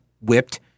whipped